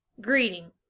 greeting